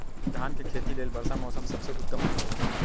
धान के खेती लेल वर्षा मौसम सबसे उत्तम होई छै